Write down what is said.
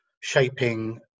shaping